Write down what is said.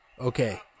Okay